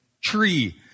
tree